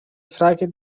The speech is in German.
frage